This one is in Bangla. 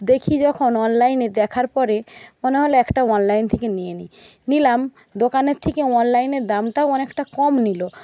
দেখি যখন অনলাইনে দেখার পরে মনে হল একটা অনলাইন থেকে নিয়ে নি নিলাম দোকানের থেকে অনলাইনে দামটাও অনেকটা কম নিল